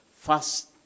first